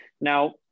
Now